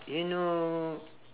you know